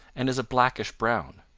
and is a blackish-brown.